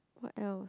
what else